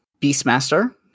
Beastmaster